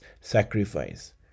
sacrifice